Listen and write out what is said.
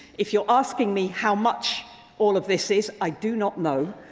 if you are asking me how much all of this is, i do not know.